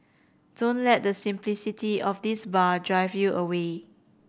don't let the simplicity of this bar drive you away